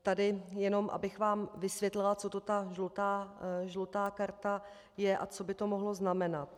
Tady jenom, abych vám vysvětlila, co to ta žlutá karta je a co by to mohlo znamenat.